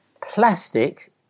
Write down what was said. plastic